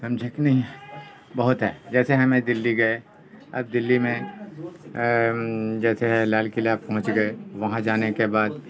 سمجھے کہ نہیں بہت ہیں جیسے ہم ہیں دلی گئے اب دلی میں جیسے ہے لال قلعہ پہنچ گئے وہاں جانے کے بعد